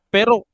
Pero